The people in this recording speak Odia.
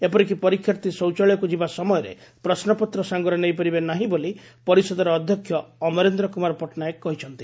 ଏପରିକି ପରୀକ୍ଷାର୍ଥୀ ଶୌଚାଳୟକୁ ଯିବା ସମୟରେ ପ୍ରଶ୍ୱପତ୍ର ସାଙ୍ଗରେ ନେଇପାରିବେ ନାହିଁ ବୋଲି ପରିଷଦର ଅଧ୍ଧକ୍ଷ ଅମରେନ୍ଦ୍ର କୁମାର ପଟ୍ଟନାୟକ କହିଛନ୍ତି